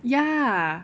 ya